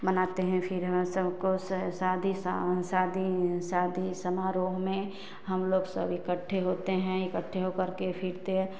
मनाते हैं फिर हम सबको स शादी शा शादी शादी समारोह में हमलोग सब इकट्ठा होते हैं इकट्ठा होकर के फिर तो